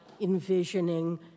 envisioning